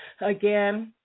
Again